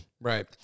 Right